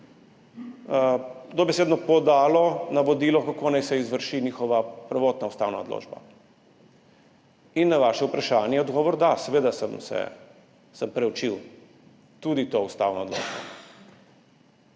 dobesedno podalo navodilo, kako naj se izvrši njihova prvotna ustavna odločba. In na vaše vprašanje je odgovor da, seveda sem preučil tudi to ustavno odločbo.